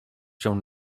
się